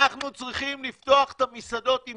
אנחנו צריכים לפתוח את המסעדות עם